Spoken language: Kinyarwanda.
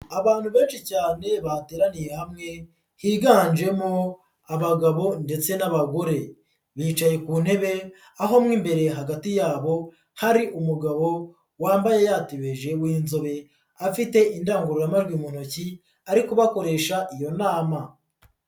Abantu benshi cyane bateraniye hamwe higanjemo abagabo ndetse n'abagore, bicaye ku ntebe aho mo imbere hagati yabo hari umugabo wambaye yatebeje w'inzobe afite indangururajwi mu ntoki ari kubakoresha iyo nama.